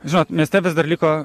žinot mieste vis dar liko